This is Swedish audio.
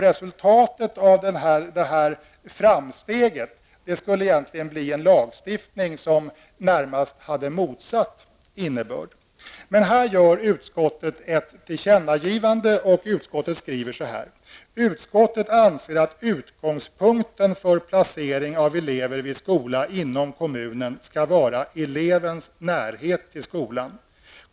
Resultatet av detta framsteg skulle egentligen bli en lagstiftning, som närmast hade motsatt innebörd. Men här gör utskottet ett tillkännagivande. Utskottet skriver: ''När det gäller elevers val av skola inom kommunen anser utskottet att utgångspunkten för placeringen av elev vid skola bör vara elevens närhet till skolan.